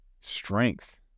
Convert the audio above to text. strength